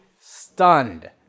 stunned